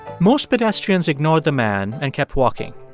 most pedestrians ignored the man and kept walking.